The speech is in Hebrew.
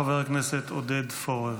חבר הכנסת עודד פורר.